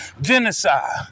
genocide